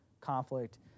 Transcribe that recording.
conflict